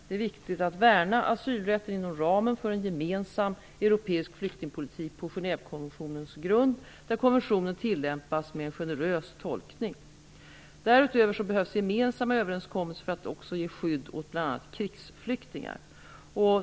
Det är viktigt att värna asylrätten inom ramen för en gemensam europeisk flyktingpolitik på Genèvekonventionens grund, där konventionen tillämpas med en generös tolkning. Därutöver behövs gemensamma överenskommelser för att också ge skydd åt bl.a. krigsflyktingar.